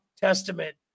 testament